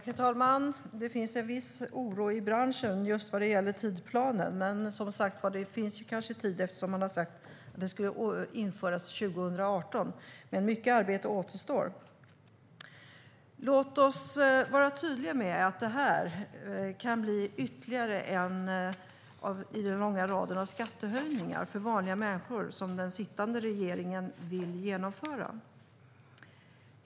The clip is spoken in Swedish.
Herr talman! Det finns viss oro i branschen för tidsplanen, men det finns kanske tid eftersom man har sagt att det ska införas 2018. Mycket arbete återstår dock. Låt oss vara tydliga med att detta kan bli ytterligare en i den långa rad av skattehöjningar för vanliga människor som den sittande regeringen vill genomföra.